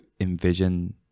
envision